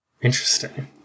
Interesting